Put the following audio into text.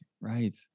Right